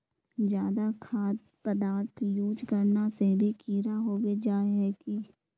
ज्यादा खाद पदार्थ यूज करना से भी कीड़ा होबे जाए है की?